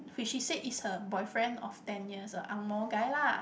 which she said is her boyfriend of ten years a Ang-Moh guy lah